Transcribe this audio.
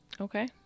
Okay